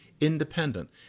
independent